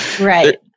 Right